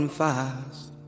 fast